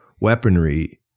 weaponry